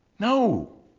No